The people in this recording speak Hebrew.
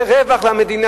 ולגרום לרווח למדינה.